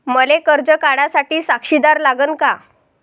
मले कर्ज काढा साठी साक्षीदार लागन का?